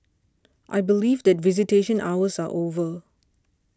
I believe that visitation hours are over